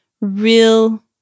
real